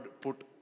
put